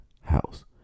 house